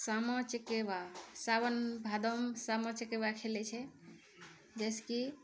सामा चकेबा सावन भादव सामा चकेबा खेलै छै जइसेकि